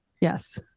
Yes